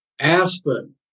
Aspen